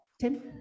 Tim